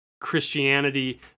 Christianity